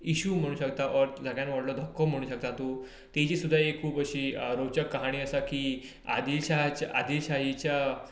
issue म्हणूंक शकता वा सगळ्यान व्हडलो धोको म्हणूंक शकता हाजी सुद्दां खूब एक अशी रोचक कहानी आसा की आदील शाहच्या आदील शाहीच्या